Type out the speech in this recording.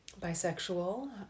bisexual